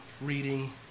reading